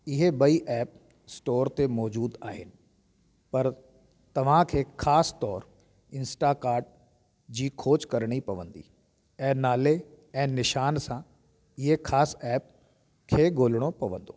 इहे ॿई app store ते मौजूदु आहिनि पर तव्हां खे ख़ासि तौर इंस्टाकाट जी खोज करणी पवंदी ऐं नाले ऐं निशान सां इहे ख़ासि ऐप खे ॻोल्हणो पवंदो